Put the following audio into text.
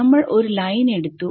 നമ്മൾ ഒരു ലൈൻ എടുത്തു